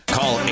Call